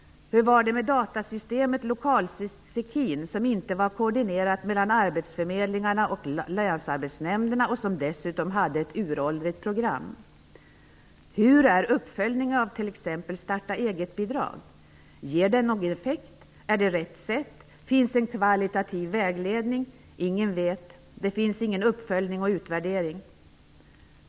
Hur var det med datasystemet Lokalsekin, som inte var koordinerat mellan arbetsförmedlingarna och länsarbetsnämnderna och som dessutom hade ett uråldrigt program? Ger de någon effekt? Är det rätt sätt? Finns en kvalitativ vägledning? Ingen vet. Det sker ingen uppföljning och utvärdering.